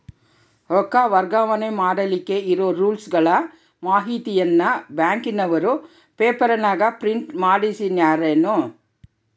ರೊಕ್ಕ ವರ್ಗಾವಣೆ ಮಾಡಿಲಿಕ್ಕೆ ಇರೋ ರೂಲ್ಸುಗಳ ಮಾಹಿತಿಯನ್ನ ಬ್ಯಾಂಕಿನವರು ಪೇಪರನಾಗ ಪ್ರಿಂಟ್ ಮಾಡಿಸ್ಯಾರೇನು?